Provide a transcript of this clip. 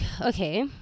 okay